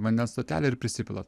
vandens stotelę ir prisipilat